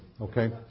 okay